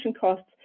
costs